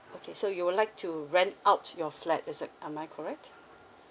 okay so you would like to rent out your flat is it am I correct